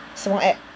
什么 app